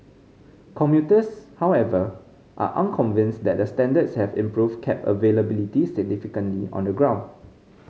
commuters however are unconvinced that the standards have improved cab availability significantly on the ground